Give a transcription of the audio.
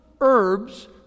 herbs